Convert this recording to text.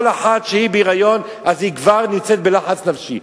כל אחת שהיא בהיריון אז היא כבר נמצאת בלחץ נפשי.